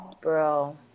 bro